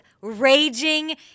raging